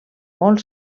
molt